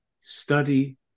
study